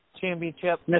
Championship